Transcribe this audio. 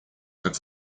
как